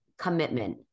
commitment